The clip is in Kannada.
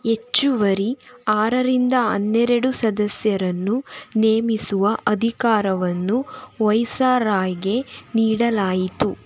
ಹೆಚ್ಚುವರಿ ಆರರಿಂದ ಹನ್ನೆರಡು ಸದಸ್ಯರನ್ನು ನೇಮಿಸುವ ಅಧಿಕಾರವನ್ನು ವೈಸರಾಯ್ಗೆ ನೀಡಲಾಯಿತು